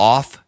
Off